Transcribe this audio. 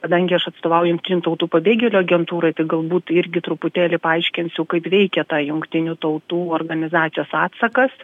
kadangi aš atstovauju jungtinių tautų pabėgėlių agentūrai tai galbūt irgi truputėlį paaiškinsiu kaip veikia ta jungtinių tautų organizacijos atsakas